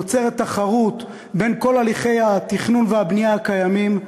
היא יוצרת תחרות בין כל הליכי התכנון והבנייה הקיימים,